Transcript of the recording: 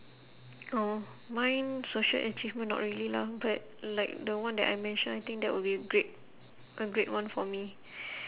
orh mine social achievement not really lah but like the one that I mention I think that would be great a great one for me